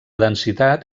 densitat